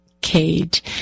cage